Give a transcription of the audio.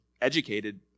educated